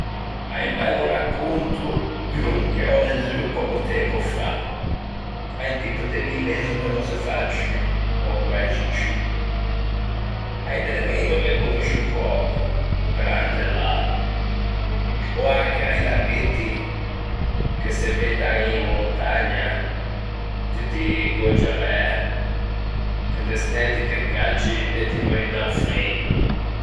À un bello racconto che ò lezzuo pöco tempo fa, à un tipo de villezzo che no se fa ciù, ò quæxi ciù, à un elemento che conoscio pöco, o grande lago, ò anche a-i laghetti che se veddan in montagna, tutti congelæ, che de stæ ti te cacci e ti meui da-o freido.